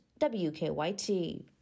WKYT